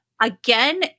again –